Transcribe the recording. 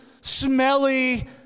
smelly